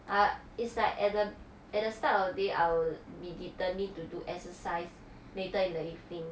ah it's like at the at the start of the day I'll be determined to do exercise later in the evening